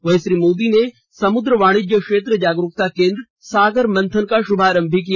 वहीं श्री मोदी ने समुद्र वाणिज्य क्षेत्र जागरूकता केंद्र सागर मंथन का शुभारंभ किया